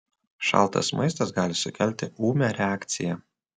šaltas maistas gali sukelti ūmią reakciją